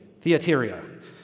Theateria